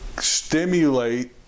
stimulate